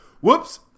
Whoops